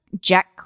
Jack